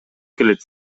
келет